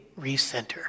recenter